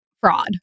fraud